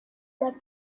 the